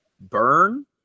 burn